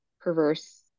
perverse